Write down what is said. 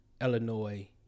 Illinois